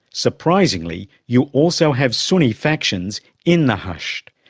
surprisingly you also have sunni factions in the hashd,